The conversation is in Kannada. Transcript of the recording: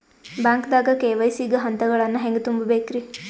ಬ್ಯಾಂಕ್ದಾಗ ಕೆ.ವೈ.ಸಿ ಗ ಹಂತಗಳನ್ನ ಹೆಂಗ್ ತುಂಬೇಕ್ರಿ?